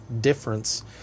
difference